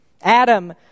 Adam